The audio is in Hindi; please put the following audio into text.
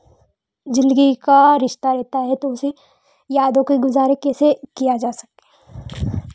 ज़िंदगी का रिश्ता रहता है तो उसे यादों के गुज़ारे कैसे किया जा सके